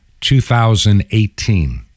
2018